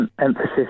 emphasis